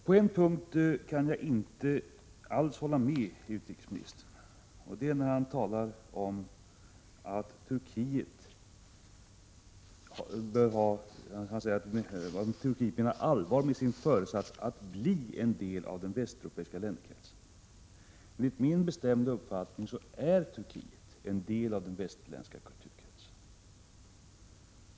På en punkt kan jag inte alls hålla med utrikesministern. Det är när han talar om huruvida Turkiet menar allvar med sin föresats att bli en del av den västeuropeiska länderkretsen. Enligt min bestämda uppfattning är Turkiet en del av den västerländska kulturkretsen.